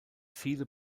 viele